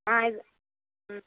ஆ இது ம்